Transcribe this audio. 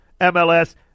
MLS